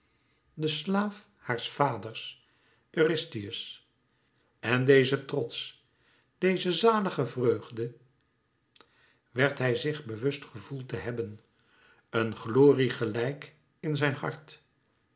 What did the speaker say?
den slaaf haars vaders eurystheus en deze trots deze zalige vreugde werd hij zich bewust gevoeld te hebben een glorie gelijk in zijn hart